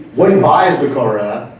what he buys the car at